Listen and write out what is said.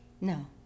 No